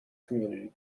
community